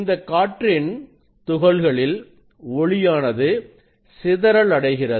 இந்த காற்றின் துகள்களில் ஒளியானது சிதறல் அடைகிறது